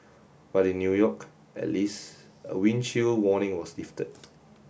but in New York at least a wind chill warning was lifted